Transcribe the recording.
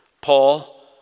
Paul